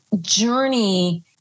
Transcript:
journey